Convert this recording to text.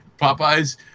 Popeyes